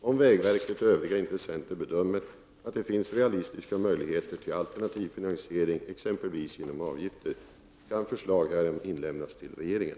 Om vägverket och övriga intressenter bedömer att det finns realistiska möjligheter till alternativ finansiering, exempelvis genom avgifter, kan förslag härom inlämnas till regeringen.